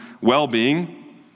well-being